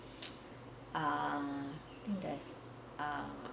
uh i think there's uh